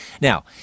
Now